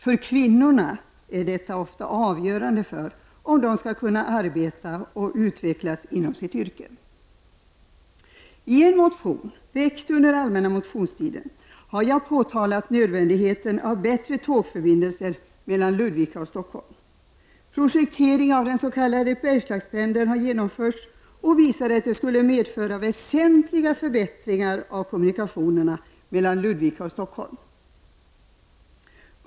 För kvinnorna är detta ofta avgörande för att de skall kunna arbeta och utvecklas inom sitt yrke. I en motion, väckt under allmänna motionstiden, har jag påtalat nödvändigheten av bättre tågförbindelser mellan Ludvika och Stockholm. Projekteringen av den s.k. Bergslagspendeln har genomförts och visar att det skulle medföra väsentliga förbättringar av kommunikationerna mellan Ludvika och Stockholm.